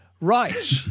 Right